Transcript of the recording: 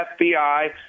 FBI